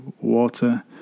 water